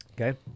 Okay